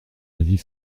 avis